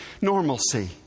normalcy